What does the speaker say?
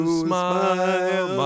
smile